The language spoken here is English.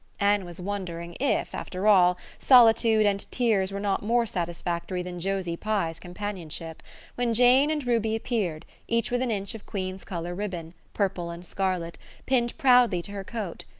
anne was wondering if, after all, solitude and tears were not more satisfactory than josie pye's companionship when jane and ruby appeared, each with an inch of queen's color ribbon purple and scarlet pinned proudly to her coat.